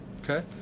Okay